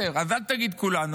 אז אל תגיד: כולנו.